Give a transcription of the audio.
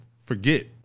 forget –